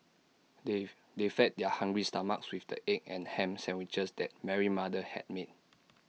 they they fed their hungry stomachs with the egg and Ham Sandwiches that Mary mother had made